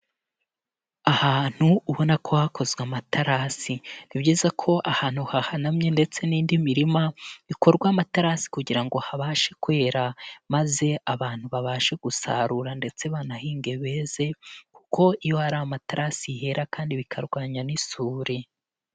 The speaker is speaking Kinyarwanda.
Ahantu ubona ko hakozwe amaterasi, ni byiza ko ahantu hahanamye ndetse n'indi mirima bikorwa amaterasi kugira ngo habashe kwera maze abantu babashe gusarura ndetse banahinge beza kuko iyo hari amaterasi hera kandi bikarwanya n'isuri.